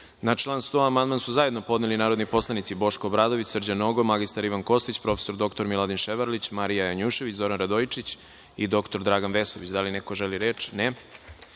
član 100. amandman su zajedno podneli narodni poslanici Boško Obradović, Srđan Nogo, mr Ivan Kostić, prof. dr Miladin Ševarlić, Marija Janjušević, Zoran Radojičić i dr Dragan Vesović. Da li neko želi reč?